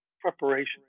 preparation